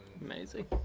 Amazing